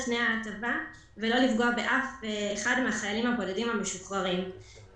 ההטבה ולא לפגוע באף אחד מהחיילים הבודדים המשוחררים.